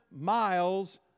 miles